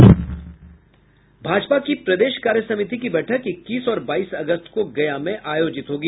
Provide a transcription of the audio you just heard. भाजपा की प्रदेश कार्य समिति की बैठक इक्कीस और बाईस अगस्त को गया में आयोजित होगी